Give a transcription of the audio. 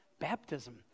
baptism